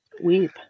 Weep